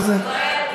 יואל,